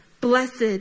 Blessed